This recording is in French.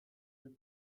deux